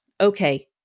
Okay